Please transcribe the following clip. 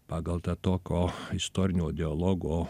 pagal tą tokio istorinio dialogo